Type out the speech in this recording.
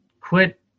quit